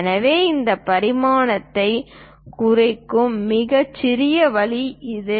எனவே இந்த பரிமாணத்தைக் குறிக்கும் மிகச்சிறிய வழி இது